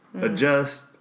Adjust